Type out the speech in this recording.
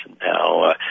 Now